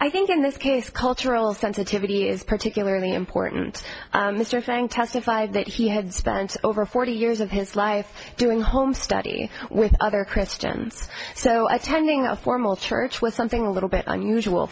i think in this case cultural sensitivity is particularly important mr frank testified that he had spent over forty years of his life doing home study with other christians so i tending a formal church with something a little bit unusual